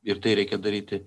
ir tai reikia daryti